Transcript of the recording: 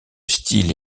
style